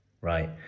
right